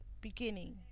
beginning